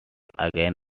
again